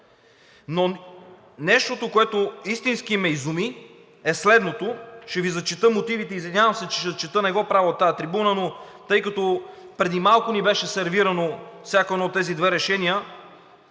Но нещото, което истински ме изуми, е следното – ще Ви зачета мотивите. Извинявам се, че ще чета – не го правя от тази трибуна, но тъй като преди малко ни беше сервирано всяко едно от тези две решения,